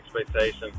expectation